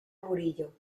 murillo